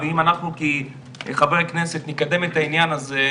ואם אנחנו כחברי כנסת נקדם את העניין הזה,